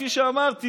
כפי שאמרתי,